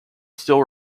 still